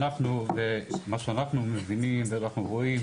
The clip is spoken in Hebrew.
מה שאנחנו מבינים ואנחנו רואים,